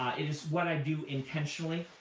it is what i do intentionally.